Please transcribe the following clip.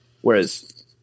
whereas